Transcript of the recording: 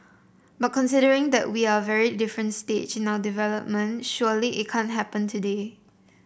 but considering that we are very different stage in our development surely it can't happen today